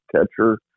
catcher